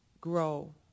grow